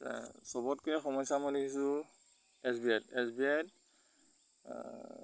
সবতকে সমস্যা ম লিখিছোঁ এছ বি আইত এছ বি আইত